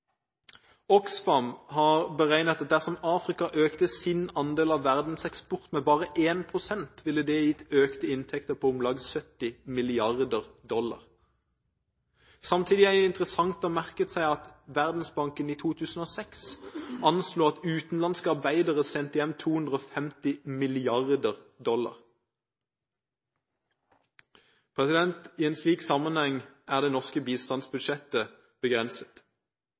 Oxfam har beregnet at dersom Afrika økte sin andel av verdens eksport med bare 1 pst., ville det gitt økte inntekter på om lag 70 mrd. dollar. Samtidig er det interessant å merke seg at Verdensbanken i 2006 anslo at utenlandske arbeidere sendte hjem 250 mrd. dollar. I en slik sammenheng er det norske bistandsbudsjettet begrenset.